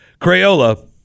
Crayola